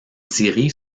séries